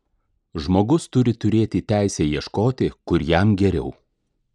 žmogus turi turėti teisę ieškoti kur jam geriau